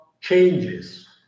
changes